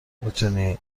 میتونی